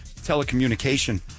telecommunication